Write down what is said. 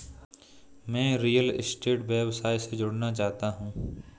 मैं real estate व्यवसाय से जुड़ना चाहता हूँ